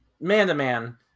man-to-man